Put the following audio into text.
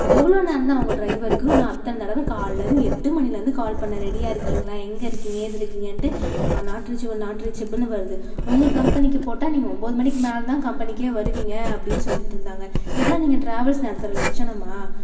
எவ்வளோ நேரந்தான் உங்க ட்ரைவருக்கு நான் அத்தனை தடவை காலைலேருந்து எட்டு மணிலேருந்து கால் பண்ணேன் ரெடியாக இருக்கிங்களா எங்கே இருக்கிங்க ஏது இருக்கிங்கனுட்டு அது நாட் ரீச்சபுள் நாட் ரீச்சபுள்னு வருது உங்கள் கம்பெனிக்கு போட்டால் நீங்கள் ஒம்பது மணிக்கு மேல்தான் கம்பெனிகே வருவிங்க அப்படின் சொல்லிட்டிருந்தாங்க இதுதான் நீங்கள் ட்ராவெல்ஸ் நடத்துகிற லட்சணமா